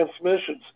transmissions